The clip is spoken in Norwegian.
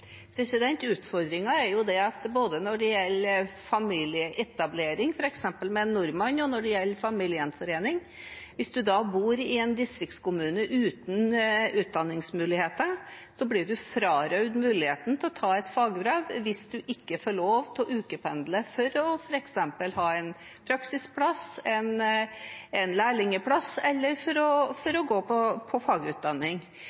når det gjelder både familieetablering, f.eks. med en nordmann, og når det gjelder familiegjenforening, er at hvis man bor i en distriktskommune uten utdanningsmuligheter, blir man frarøvet muligheten til å ta et fagbrev hvis man ikke får lov til å ukependle for f.eks. å ha en praksisplass, en lærlingplass eller for å gå på fagutdanning. Ser ikke statsråden at det burde vært åpnet for